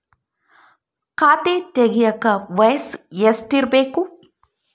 ಖಾತೆ ತೆಗೆಯಕ ವಯಸ್ಸು ಎಷ್ಟಿರಬೇಕು?